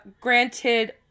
granted